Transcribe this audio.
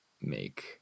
make